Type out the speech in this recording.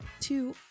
two